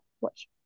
watch